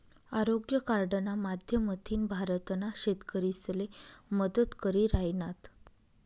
आरोग्य कार्डना माध्यमथीन भारतना शेतकरीसले मदत करी राहिनात